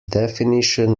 definition